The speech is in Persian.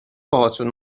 باهاتون